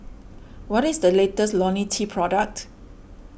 what is the latest Lonil T product